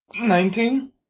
Nineteen